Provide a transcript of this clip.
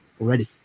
already